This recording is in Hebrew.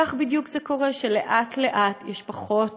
כך בדיוק זה קורה, שלאט-לאט יש פחות